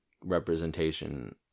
representation